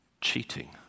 cheating